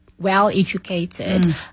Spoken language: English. well-educated